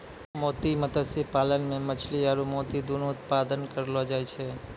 मोती मत्स्य पालन मे मछली आरु मोती दुनु उत्पादन करलो जाय छै